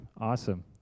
Awesome